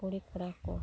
ᱠᱩᱲᱤ ᱠᱚᱲᱟᱠᱚ